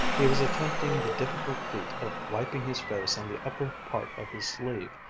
he was attempting the difficult feat of wiping his face on the upper part of his sleeve,